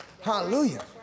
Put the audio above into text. Hallelujah